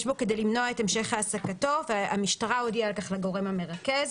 בו כדי למנוע את המשך העסקתו והמשטרה הודיעה על כך לגורם המרכז".